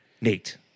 Nate